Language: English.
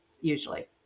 usually